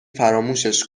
فراموشش